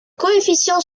coefficients